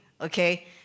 Okay